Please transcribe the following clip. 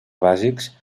bàsics